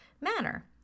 manner